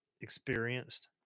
experienced